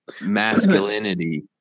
Masculinity